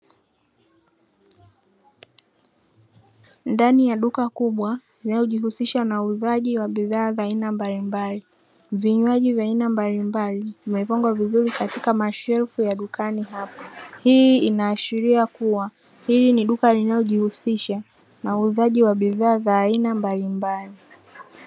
Ndani ya duka kubwa linalojihusisha na uuzaji wa bidhaa za aina mbalimbali, vinywaji vya aina mbalimbali vimepangwa vizuri katika mashelfu ya dukani hapo. Hii inaashiria kuwa hili ni duka linalojihusisha na uuzaji wa bidhaa za aina mbalimbali.